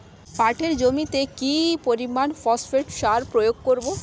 পাটের জমিতে কি পরিমান ফসফেট সার প্রয়োগ করব?